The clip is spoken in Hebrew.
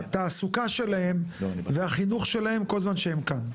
התעסוקה שלהם והחינוך שלהם כל עוד הם כאן.